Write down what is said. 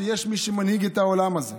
שיש מי שמנהיג את העולם הזה.